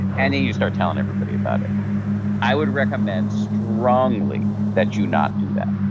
and you start telling everybody about it i would recommend strongly that you not do that,